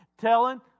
telling